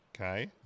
Okay